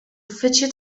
uffiċċju